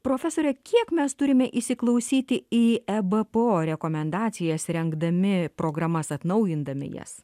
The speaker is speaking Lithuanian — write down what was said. profesore kiek mes turime įsiklausyti į ebpo rekomendacijas rengdami programas atnaujindami jas